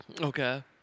Okay